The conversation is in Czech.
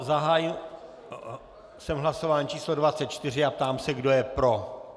Zahájil jsem hlasování číslo 24 a ptám se, kdo je pro.